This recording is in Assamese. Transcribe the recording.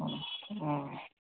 অঁ অঁ